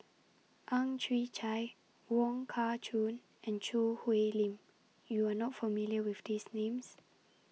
Ang Chwee Chai Wong Kah Chun and Choo Hwee Lim YOU Are not familiar with These Names